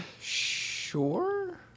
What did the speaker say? sure